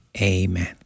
Amen